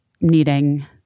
needing